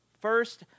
first